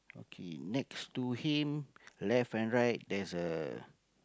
okay next to him left and right there's a